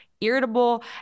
irritable